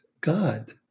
god